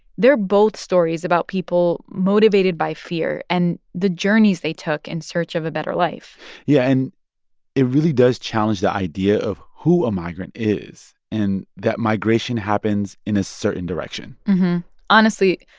they're both stories about people motivated by fear and the journeys they took in search of a better life yeah, and it really does challenge the idea of who a migrant is and that migration happens in a certain direction honestly,